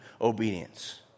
obedience